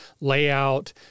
layout